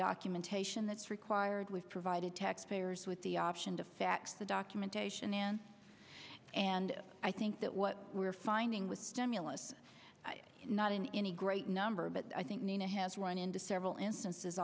documentation that's required we've provided taxpayers with the option to fax the documentation in and i think that what we're finding with stimulus is not in any great number but i think nina has run into several instances